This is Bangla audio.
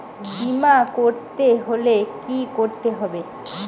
বিমা করতে হলে কি করতে হবে?